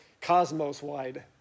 cosmos-wide